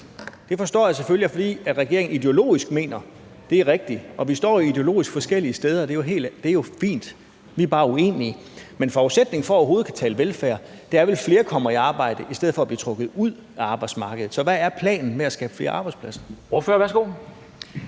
Det forstår jeg selvfølgelig er, fordi regeringen ideologisk mener, det er rigtigt. Og at vi står forskellige steder ideologisk, er jo fint. Vi er bare uenige. Men forudsætningen for overhovedet at kunne tale velfærd er vel, at flere kommer i arbejde i stedet for at blive trukket ud af arbejdsmarkedet. Så hvad er planen for at skabe flere arbejdspladser? Kl.